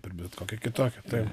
kaip bet kokia kitokia taip